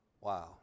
Wow